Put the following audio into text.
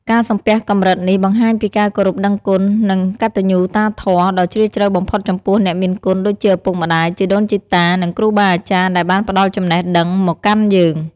ការសំពះកម្រិតនេះបង្ហាញពីការគោរពដឹងគុណ និងកតញ្ញូតាធម៌ដ៏ជ្រាលជ្រៅបំផុតចំពោះអ្នកមានគុណដូចជាឪពុកម្តាយ ជីដូនជីតា និងគ្រូបាអាចារ្យដែលបានផ្តល់ចំណេះដឹងមកកាន់យើង។